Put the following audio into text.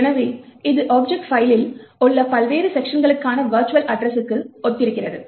எனவே இது ஆப்ஜெக்ட் பைலில் உள்ள பல்வேறு செக்க்ஷன்களுக்கான வெர்ச்சுவல் அட்ரஸ்க்கு ஒத்திருக்கிறது